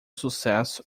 sucesso